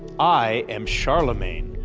i am charlemagne,